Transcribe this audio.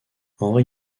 henri